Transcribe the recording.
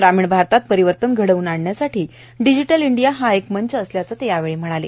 ग्रामीण भारतात परिवर्तन घडवून आणण्यासाठी डिजिटल इंडिया हा एक मंच असल्याचं ते म्हणाले